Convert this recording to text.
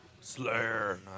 slayer